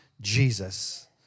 Jesus